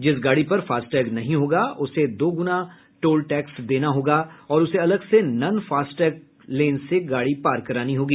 जिस गाड़ी पर फास्टैग नहीं होगा उसे दोगुना टोल टैक्स देना होगा और उसे अलग से नन फास्टैग लेन से गाड़ी पार करानी होगी